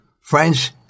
Friends